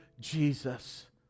Jesus